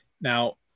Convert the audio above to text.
Now